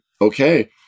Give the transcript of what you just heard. okay